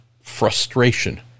frustration